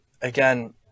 again